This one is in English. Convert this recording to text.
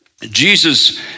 Jesus